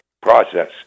process